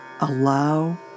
allow